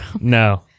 No